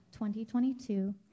2022